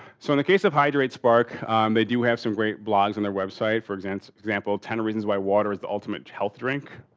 so, in the case of hydrate spark they do have some great blogs on their website. for example, ten reasons why water is the ultimate health drink.